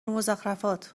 مضخرفات